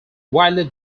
widely